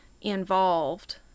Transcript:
involved